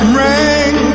ring